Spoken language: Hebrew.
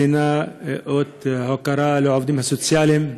ציינה אות הוקרה לעובדים הסוציאליים.